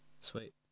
sweet